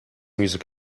music